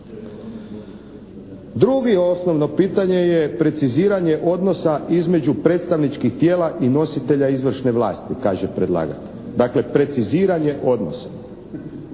Drugo osnovno pitanje je preciziranje odnosa između predstavničkih tijela i nositelja izvršne vlasti, kaže predlagatelj. Dakle preciziranje odnosa.